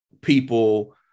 people